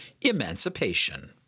emancipation